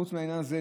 חוץ מהעניין הזה,